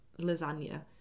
lasagna